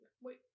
wait